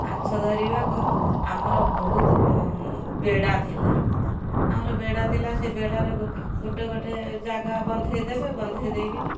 ମାଛ ଧରିବାକୁ ଆମର ବହୁତ ବେଡ଼ା ଥିଲା ଆମର ବେଡ଼ା ଥିଲା ସେଇ ବେଡ଼ାରେ ଗୋଟେ ଗୋଟେ ଜାଗା ବନ୍ଧାଇ ଦେବେ ବନ୍ଧାଇ ଦେଇ କିନି